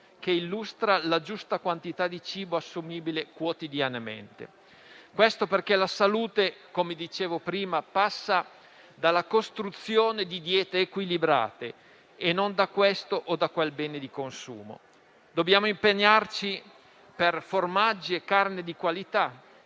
che illustra la giusta quantità di cibo assumibile quotidianamente. Questo perché la salute, come dicevo prima, passa dalla costruzione di diete equilibrate e non da questo o quel bene di consumo. Dobbiamo impegnarci per formaggi e carne di qualità,